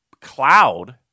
cloud